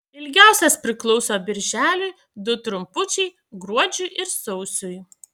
ilgiausias priklauso birželiui du trumpučiai gruodžiui ir sausiui